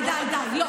נשים, די, די, לא.